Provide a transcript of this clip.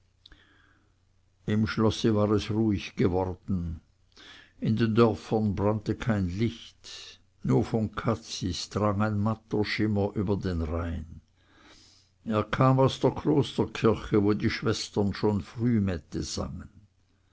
im schlosse war es ruhig geworden in den dörfern brannte kein licht nur von cazis drang ein matter schimmer über den rhein er kam aus der klosterkirche wo die schwestern schon frühmette sangen